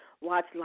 watch